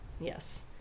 Yes